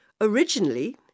Originally